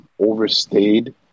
overstayed